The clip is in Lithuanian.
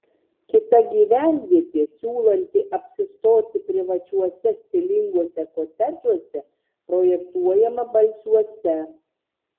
kita gyvenvietė siūlanti apsistoti privačiuose stilinguose kotedžuose projektuojama balsiuose